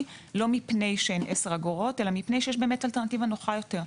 לא כי הן 10 אגורות אלא כי יש אלטרנטיבה נוחה יותר.